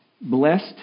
Blessed